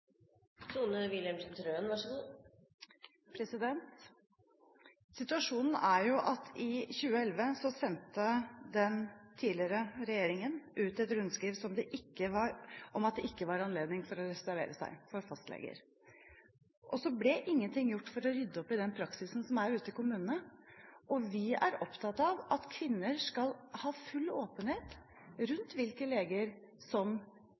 Situasjonen er jo at i 2011 sendte den tidligere regjeringen ut et rundskriv om at det ikke var anledning for fastleger til å reservere seg, og så ble ingenting gjort for å rydde opp i den praksisen som er ute i kommunene. Og vi er opptatt av at kvinner skal ha full åpenhet rundt hvilke leger som